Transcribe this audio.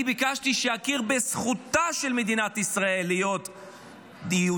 אני ביקשתי שיכיר בזכותה של מדינת ישראל להיות יהודית,